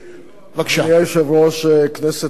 אדוני היושב-ראש, כנסת נכבדה,